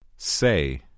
Say